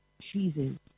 cheeses